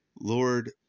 Lord